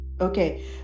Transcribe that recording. Okay